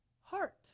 heart